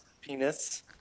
Penis